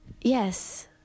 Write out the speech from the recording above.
Yes